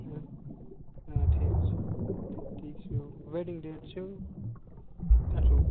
آ آ ٹھیٖک چھُ ٹھیٖک چھُ ویٚڈِنٛگ ڈیٹ چھُ اَٹھووُہ